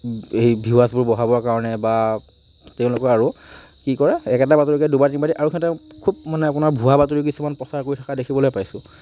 সেই ভিউৱাৰ্চবোৰ বঢ়াবৰ কাৰণে বা তেওঁলোকে আৰু কি কৰে একেটা বাতৰিকে দুবাৰ তিনিবাৰ দিয়ে আৰু সিহঁতে খুব মানে আপোনাৰ ভুৱা বাতৰি কিছুমান প্ৰচাৰ কৰি থকা দেখিবলে পাইছোঁ